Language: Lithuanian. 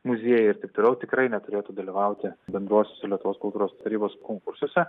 muziejai ir taip toliau tikrai neturėtų dalyvauti bendruosiuose lietuvos kultūros tarybos konkursuose